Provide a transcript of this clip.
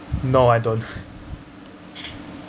no I don't